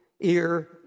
ear